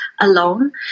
alone